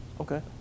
Okay